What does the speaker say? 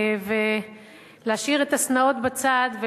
ולהשאיר את השנאות בצד,